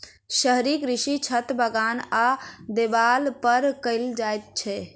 शहरी कृषि छत, बगान आ देबाल पर कयल जाइत छै